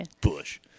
Bush